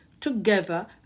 together